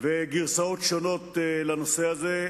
ויש גרסאות שונות לנושא הזה.